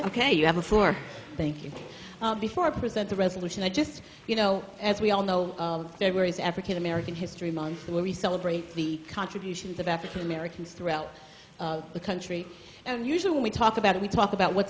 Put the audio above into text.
ok you have a four thank you before i present the resolution i just you know as we all know there where is african american history month where we celebrate the contributions of african americans throughout the country and usually when we talk about it we talk about what's